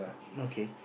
okay